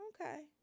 okay